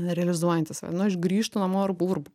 nerealizuojanti save nu aš grįžtu namo ir burbu